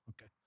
Okay